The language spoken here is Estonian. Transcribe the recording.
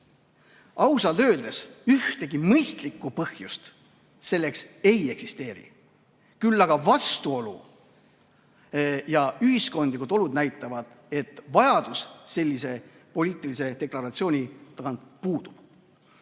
Ausalt öeldes ühtegi mõistlikku põhjust selleks ei eksisteeri. Küll aga vastuolu ja ühiskondlikud olud näitavad, et vajadus sellise poliitilise deklaratsiooni järele puudub.